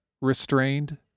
Restrained